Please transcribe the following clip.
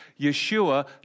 Yeshua